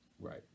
right